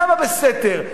למה בסתר?